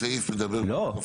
לא.